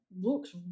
looks